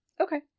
Okay